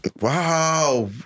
Wow